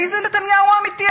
מי זה נתניהו האמיתי?